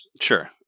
Sure